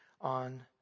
on